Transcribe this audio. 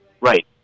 Right